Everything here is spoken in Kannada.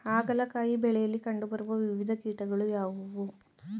ಹಾಗಲಕಾಯಿ ಬೆಳೆಯಲ್ಲಿ ಕಂಡು ಬರುವ ವಿವಿಧ ಕೀಟಗಳು ಯಾವುವು?